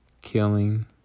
Killing